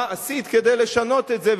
מה עשית כדי לשנות את זה,